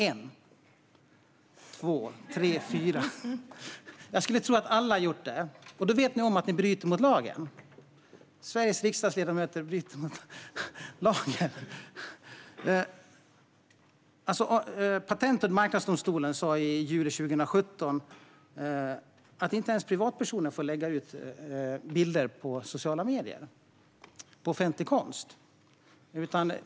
En, två, tre, fyra - jag skulle tro att alla har gjort det. Ni vet väl om att ni då bryter mot lagen? Sveriges riksdags ledamöter bryter alltså mot lagen. Patent och marknadsdomstolen sa i juli 2017 att inte ens privatpersoner får lägga ut bilder på offentlig konst på sociala medier.